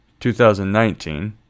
2019